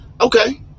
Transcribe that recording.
Okay